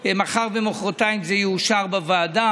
41 בעד,